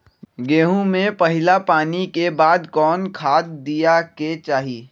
गेंहू में पहिला पानी के बाद कौन खाद दिया के चाही?